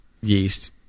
yeast